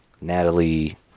Natalie